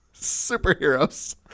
superheroes